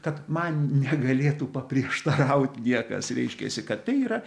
kad man negalėtų paprieštaraut niekas reiškiasi kad tai yra